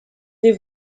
des